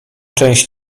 część